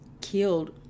killed